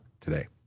today